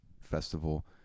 festival